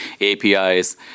APIs